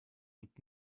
und